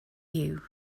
you